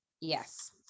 yes